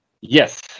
Yes